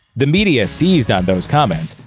the media seized on those comments,